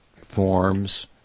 forms